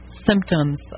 symptoms